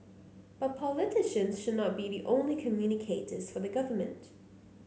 but politicians should not be the only communicators for the government